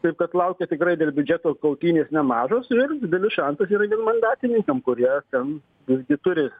taip kad laukia tikrai dėl biudžeto kautynės nemažos ir didelis šansas yra vienmandatininkam kurie ten irgi turi